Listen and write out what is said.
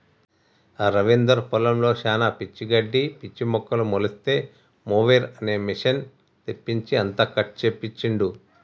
రవీందర్ పొలంలో శానా పిచ్చి గడ్డి పిచ్చి మొక్కలు మొలిస్తే మొవెర్ అనే మెషిన్ తెప్పించి అంతా కట్ చేపించిండు